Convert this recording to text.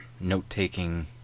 note-taking